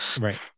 right